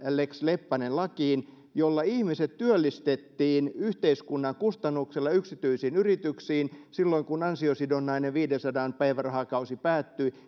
lex leppänen lakiin jolla ihmiset työllistettiin yhteiskunnan kustannuksella yksityisiin yrityksiin silloin kun ansiosidonnainen viidensadan päivärahakausi päättyi